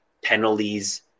penalties